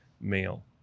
male